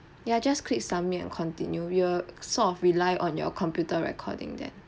ya just click submit and continue you're sort of rely on your computer recording then